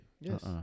Yes